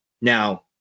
Now